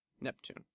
Neptune